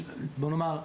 בוא נאמר,